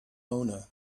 owner